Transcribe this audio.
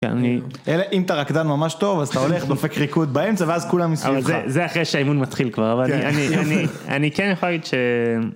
אני, אלא, אם אתה רקדן ממש טוב, אז אתה הולך דופק ריקוד באמצע ואז כולם מסביבך. אבל זה אחרי שהאימון מתחיל כבר, אני אני אני כן יכול להגיד ש...